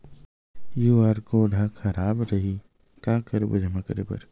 QR code हा खराब रही का करबो जमा बर?